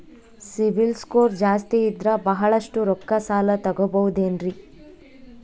CIBIL score ಜಾಸ್ತಿ ಇದ್ರ ಬಹಳಷ್ಟು ರೊಕ್ಕ ಸಾಲ ತಗೋಬಹುದು ಏನ್ರಿ?